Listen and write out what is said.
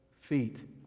feet